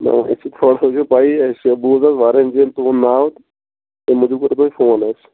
نا وۅنۍ چھِ تھوڑا چھِ تۅہہِ پیٚیِی اَسہِ بوٗز حظ واریاہن جایَن تُہنٛد ناو تَمہِ موٗجوٗب کوٚر تۅہہِ فون حظ